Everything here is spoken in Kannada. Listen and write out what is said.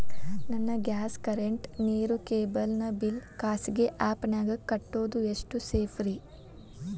ನನ್ನ ಗ್ಯಾಸ್ ಕರೆಂಟ್, ನೇರು, ಕೇಬಲ್ ನ ಬಿಲ್ ಖಾಸಗಿ ಆ್ಯಪ್ ನ್ಯಾಗ್ ಕಟ್ಟೋದು ಎಷ್ಟು ಸೇಫ್ರಿ?